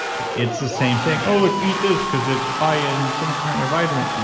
it's the same thing, oh, like eat this because it's high in some kind of vitamin.